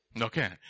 Okay